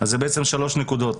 יש בעצם שלוש נקודות.